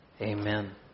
Amen